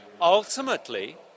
ultimately